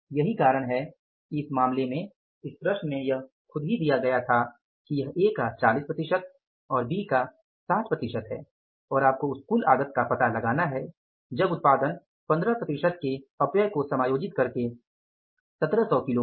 यही कारण है कि हम मामले में इस प्रश्न में यह खुद ही दिया गया था कि यह ए का 40 प्रतिशत बी का 60 प्रतिशत है और आपको उस कुल आगत का पता लगाना है जब उत्पादन 15 प्रतिशत के अपव्यय को समायोजित करके 1700 किलो है